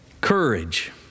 Courage